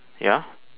ya